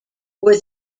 were